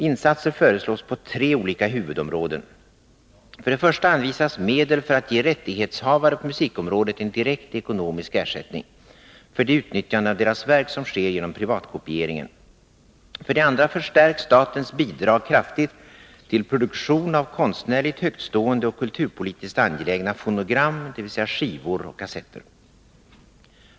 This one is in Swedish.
Insatser föreslås på tre olika huvudområden. För det första anvisas medel för att ge rättighetshavare på musikområdet en direkt ekonomisk ersättning för det utnyttjande av deras verk som sker genom privatkopieringen. För det andra förstärks statens bidrag kraftigt till produktion av konstnärligt högtstående och kulturpolitiskt angelägna fonogram, dvs. skivor och kassetter.